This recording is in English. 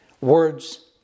words